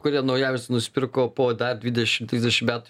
kurie naujamiesty nusipirko po dar dvidešim trisdešim metų